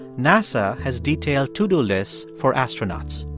nasa has detailed to-do lists for astronauts.